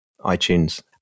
iTunes